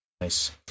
nice